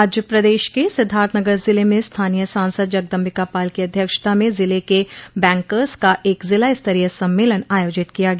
आज प्रदेश के सिद्धार्थनगर जिले में स्थानीय सांसद जगदम्बिका पाल की अध्यक्षता में जिले के बैंकर्स का एक जिलास्तरीय सम्मेलन आयोजित किया गया